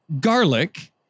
garlic